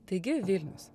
taigi vilnius